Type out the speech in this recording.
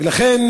ולכן,